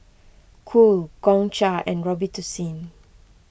Cool Gongcha and Robitussin